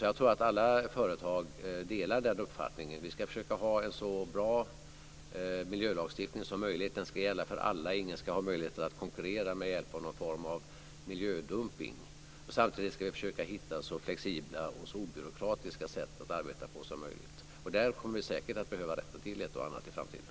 Jag tror att alla företag delar den uppfattningen. Vi ska alltså försöka ha en så bra miljölagstiftning som möjligt. Den ska gälla för alla. Ingen ska ha möjlighet att konkurrera med hjälp av någon form av miljödumpning. Samtidigt ska vi försöka hitta sätt att arbeta på som är så flexibla och obyråkratiska som möjligt. Där kommer vi säkert att behöva rätta till ett och annat i framtiden.